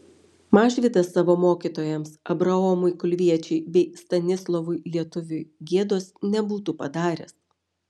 mažvydas savo mokytojams abraomui kulviečiui bei stanislovui lietuviui gėdos nebūtų padaręs